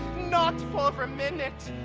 not for for a minute!